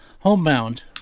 homebound